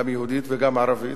גם יהודית וגם ערבית,